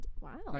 wow